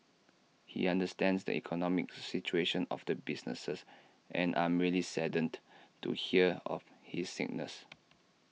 he understands the economic situation of the businesses and I'm really saddened to hear of his sickness